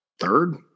third